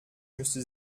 müsste